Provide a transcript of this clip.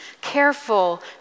careful